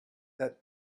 that